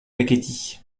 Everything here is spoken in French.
kakhétie